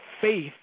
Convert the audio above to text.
faith